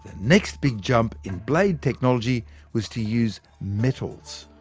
next big jump in blade technology was to use metals,